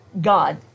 God